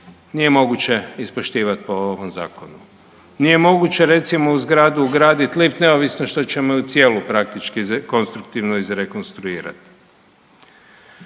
nije moguće ispoštivat po ovom zakonu. Nije moguće recimo u zgradu ugradit lift neovisno što ćemo ju cijelu praktički konstruktivno izrekonstruirat.